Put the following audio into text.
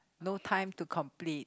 no time to complete